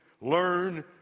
learn